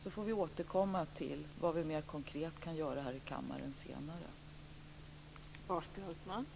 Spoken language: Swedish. Sedan får vi återkomma till vad vi här i denna kammare mera konkret kan göra.